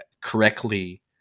correctly